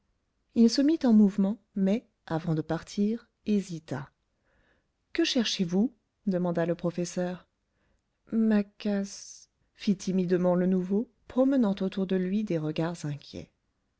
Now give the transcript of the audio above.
il se mit en mouvement mais avant de partir hésita que cherchez-vous demanda le professeur ma cas fit timidement le nouveau promenant autour de lui des regards inquiets